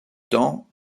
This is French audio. temps